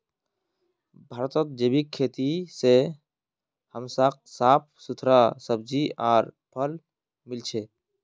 भारतत जैविक खेती से हमसाक साफ सुथरा सब्जियां आर फल मिल छ